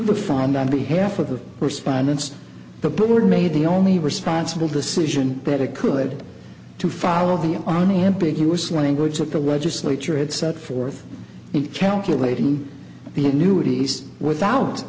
and on behalf of the respondents the board made the only responsible decision that it could to follow the army ambiguous language that the legislature had set forth in calculating the annuities without